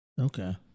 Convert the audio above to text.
Okay